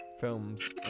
films